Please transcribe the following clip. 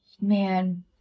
Man